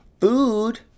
food